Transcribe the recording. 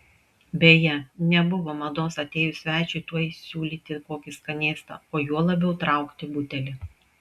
beje nebuvo mados atėjus svečiui tuoj siūlyti kokį skanėstą o juo labiau traukti butelį